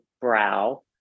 brow